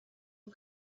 and